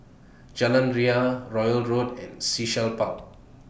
Jalan Ria Royal Road and Sea Shell Park